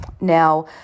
Now